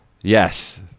Yes